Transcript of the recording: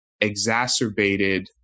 exacerbated